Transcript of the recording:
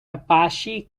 apache